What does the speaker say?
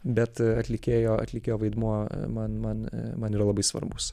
bet atlikėjo atlikėjo vaidmuo man man man yra labai svarbus